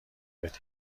بدی